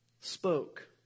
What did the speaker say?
spoke